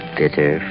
bitter